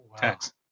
tax